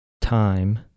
time